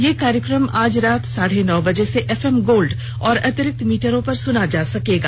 यह कार्यक्रम आज रात साढ़े नौ बजे से एफएम गोल्ड और अतिरिक्त मीटरों पर सुना जा सकता है